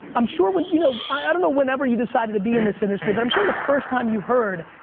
i'm sure when, you know i don't know whenever you decided to be in this industry but i'm sure that the first time you heard,